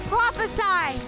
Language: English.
Prophesy